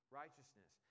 righteousness